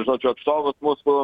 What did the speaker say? žodžiu atstovus mūsų